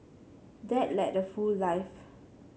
dad led a full life